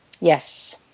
Yes